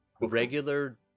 Regular